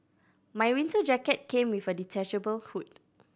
my winter jacket came with a detachable hood